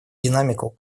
динамику